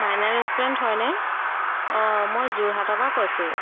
মাইনা restaurant হয়নে অঁ মই যোৰহাটৰ পৰা কৈছোঁ